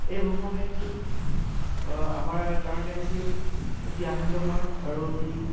এই ভ্ৰমণ হাইকটো আমাৰ কাৰণে আছিল অতি আনন্দময় আৰু অতি